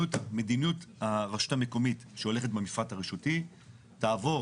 מדיניות הרשות המקומית שהולכת במפרט הרשותי תעבור